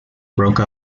broke